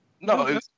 No